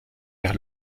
vers